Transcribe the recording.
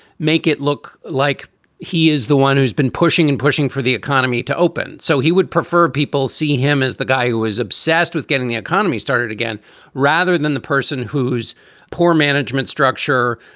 make it look like he is the one who's been pushing and pushing for the economy to open. so he would prefer people see him as the guy who is obsessed with getting the economy started again rather than the person who's poor management structure.